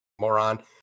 moron